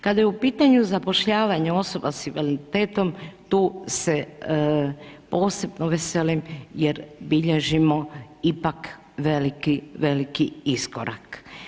Kada je u pitanju zapošljavanje osoba sa invaliditetom tu se posebno veselim jer bilježimo ipak veliki, veliki iskorak.